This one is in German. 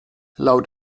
laut